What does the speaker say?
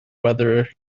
whether